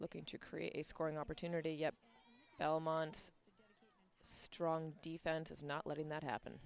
looking to create a scoring opportunity yet belmont's strong defense is not letting that happen